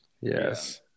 Yes